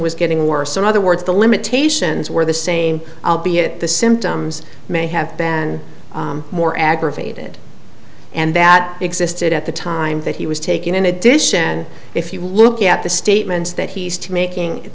was getting worse in other words the limitations were the same be it the symptoms may have been more aggravated and that existed at the time that he was taking in addition if you look at the statements that he's to making